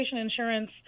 insurance